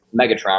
Megatron